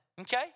okay